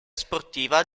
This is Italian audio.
sportiva